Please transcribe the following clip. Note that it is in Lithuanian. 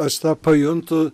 aš tą pajuntu